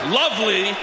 lovely